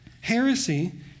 Heresy